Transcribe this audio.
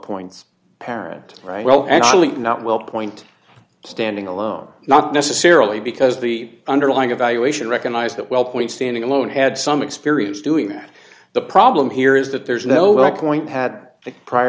points parent right well actually not well point standing alone not necessarily because the underlying evaluation recognized that wellpoint standing alone had some experience doing that the problem here is that there's no that point had prior